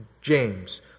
James